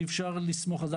ואי אפשר לסמוך על זה.